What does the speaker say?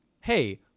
hey